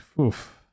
oof